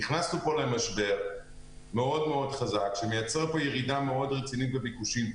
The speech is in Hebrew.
נכנסנו פה למשבר מאוד מאוד חזק שמייצר פה ירידה מאוד רצינית בביקושים,